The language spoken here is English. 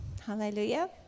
Hallelujah